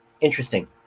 interesting